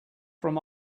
from